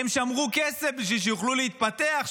הן שמרו כסף בשביל שיוכלו להתפתח,